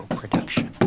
production